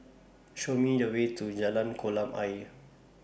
Show Me The Way to Jalan Kolam Ayer